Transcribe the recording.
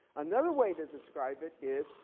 another way to describe it is,